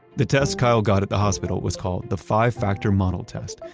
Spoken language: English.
the test kyle got at the hospital was called the five-factor model test,